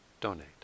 donate